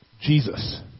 Jesus